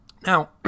now